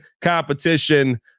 competition